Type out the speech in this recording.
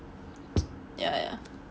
ya ya